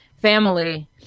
family